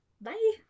Bye